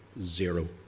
zero